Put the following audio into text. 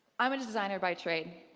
i'm a designer by trade,